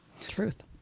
truth